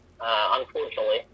unfortunately